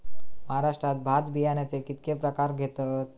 महाराष्ट्रात भात बियाण्याचे कीतके प्रकार घेतत?